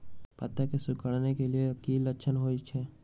पत्ता के सिकुड़े के की लक्षण होइ छइ?